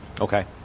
Okay